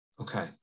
Okay